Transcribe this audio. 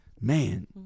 man